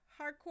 hardcore